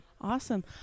Awesome